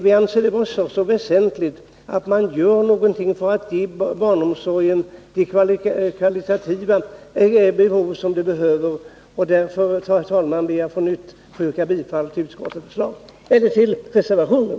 Vi anser det nämligen väsentligt att ge barnomsorgen möjlighet att tillgodose de kvalitativa behov som finns. Jag ber, herr talman, på nytt att få yrka bifall till reservationen.